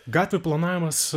gatvių planavimas